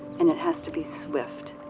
and it has to be swift.